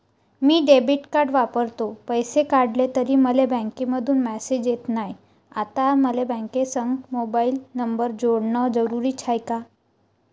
मी debit card वापरतो, पैसे काढले तरी मले बँकेमंधून मेसेज येत नाय, आता मले बँकेसंग मोबाईल नंबर जोडन जरुरीच हाय का?